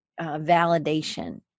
validation